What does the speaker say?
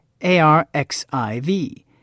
ARXIV